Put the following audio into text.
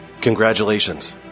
Congratulations